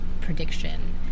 prediction